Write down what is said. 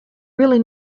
really